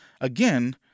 again